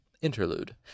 Interlude